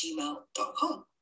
gmail.com